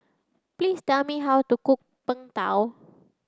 please tell me how to cook png tao